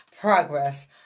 progress